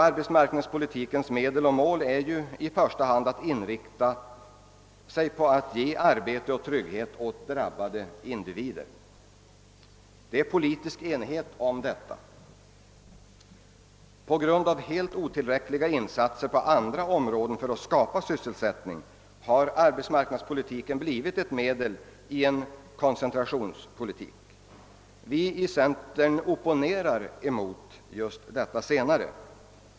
Arbetsmarknadspolitikens mål är ju i första hand att ge arbete och trygghet åt drabbade individer. Det råder politisk enighet om detta. På grund av helt otillräckliga insatser på andra områden för att skapa sysselsättning har arbetsmarknadspolitiken emellertid blivit ett medel i en koncentrationspolitik. Vi i centern opponerar mot just detta senare.